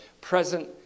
present